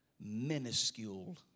minuscule